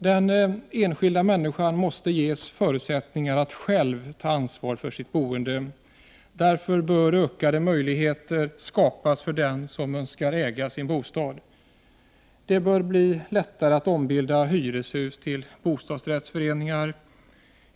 Den enskilda människan måste ges förutsättningar att själv ta ansvar för sitt boende. Därför bör ökade möjligheter skapas för dem som önskar äga sin bostad. Det bör bli lättare att ombilda hyreshus till bostadsrättsföreningar.